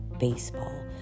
Baseball